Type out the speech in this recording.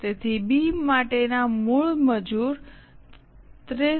તેથી બી માટેનું મૂળ મજૂર 63